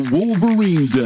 Wolverine